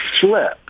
slip